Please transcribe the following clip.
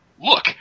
look